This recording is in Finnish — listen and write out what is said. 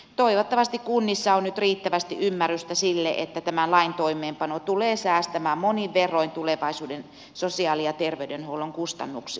toivottavasti kunnissa on nyt riittävästi ymmärrystä sille että tämän lain toimeenpano tulee säästämään monin verroin tulevaisuuden sosiaali ja terveydenhuollon kustannuksia